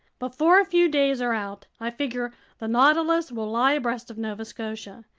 before a few days are out, i figure the nautilus will lie abreast of nova scotia,